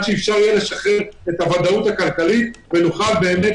שאפשר יהיה לשחרר את הוודאות הכלכלית ונוכל באמת